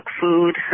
food